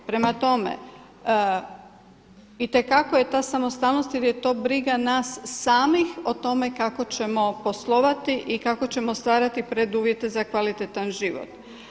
Prema tome, itekako je ta samostalnost jer je to briga nas samih o tome kako ćemo poslovati i kako ćemo stvarati preduvjete za kvalitetan život.